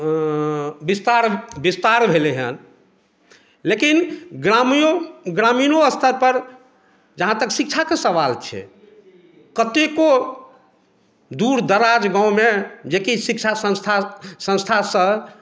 विस्तार विस्तार भेलै हन लेकिन ग्रामीण ग्रामीणो स्तर पर जहाँ तक शिक्षाके सवाल छै कतेको दूर दराज गाँवमे जेकि शिक्षा संस्था संस्था सब